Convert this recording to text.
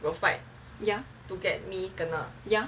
ya ya